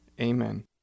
Amen